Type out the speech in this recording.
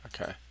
Okay